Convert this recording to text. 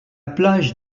plage